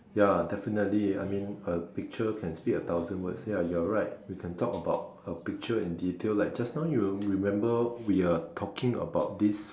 ya definitely I mean a picture can speak a thousand words ya you're right we can talk about a picture in detail like just now you remember we are talking about this